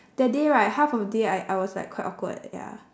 that day right half of the day I I was like quite awkward ya